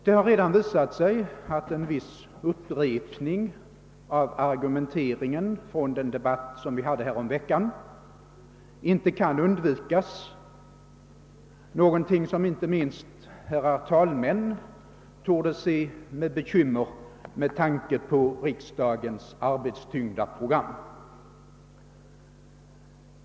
Det har redan visat sig att en viss upprepning av argumenteringen från den debatt, som vi hade häromveckan, inte kan undvikas — någonting som inte minst herrar talmän torde se med bekymmer med tanke på riksdagens arbetsfyllda program.